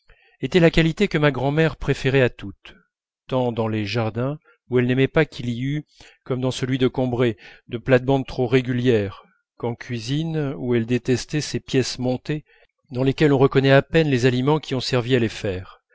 était la qualité que ma grand'mère préférait à toutes tant dans les jardins où elle n'aimait pas qu'il y eût comme dans celui de combray de plates-bandes trop régulières qu'en cuisine où elle détestait ces pièces montées dans lesquelles on reconnaît à peine les aliments qui ont servi à les faire